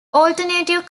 alternative